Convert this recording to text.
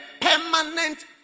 permanent